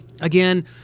Again